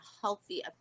healthy